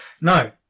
No